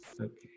Okay